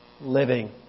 living